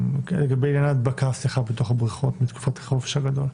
עניין ההדבקה בתוך הבריכות בתקופת החופש הגדול.